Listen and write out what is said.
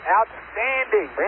Outstanding